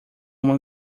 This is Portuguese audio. uma